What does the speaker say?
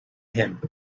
him